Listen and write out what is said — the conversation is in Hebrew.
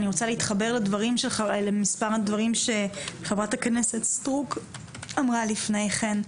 אני רוצה להתחבר למספר הדברים שחברת הכנסת סטרוק אמרה לפני כן,